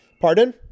Pardon